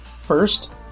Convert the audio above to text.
first